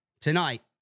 tonight